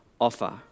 offer